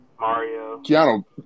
Mario